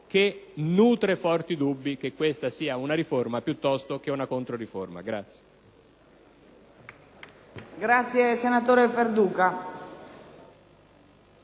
che nutre forti dubbi che questa sia una riforma piuttosto che una controriforma.